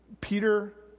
Peter